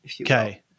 Okay